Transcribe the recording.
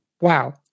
Wow